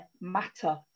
matter